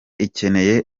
ikeneye